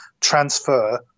transfer